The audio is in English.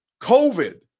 COVID